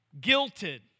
guilted